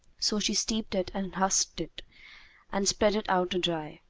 so she steeped it and husked it and spread it out to dry.